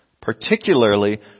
particularly